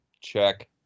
check